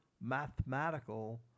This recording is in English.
mathematical